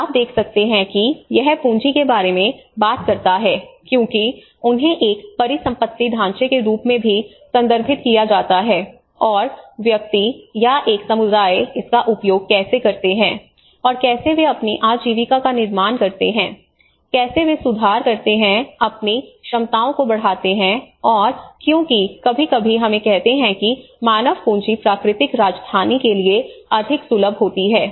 और आप देख सकते हैं कि यह पूंजी के बारे में बात करता है क्योंकि उन्हें एक परिसंपत्ति ढांचे के रूप में भी संदर्भित किया जाता है और व्यक्ति या एक समुदाय इसका उपयोग कैसे करते हैं और कैसे वे अपनी आजीविका का निर्माण करते हैं कैसे वे सुधार करते हैं अपनी क्षमताओं को बढ़ाते हैं और क्योंकि कभी कभी हमें कहते हैं कि मानव पूंजी प्राकृतिक राजधानी के लिए अधिक सुलभ होती है